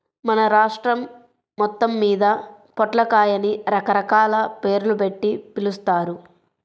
మన రాష్ట్రం మొత్తమ్మీద పొట్లకాయని రకరకాల పేర్లుబెట్టి పిలుస్తారు